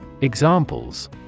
Examples